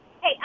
Hey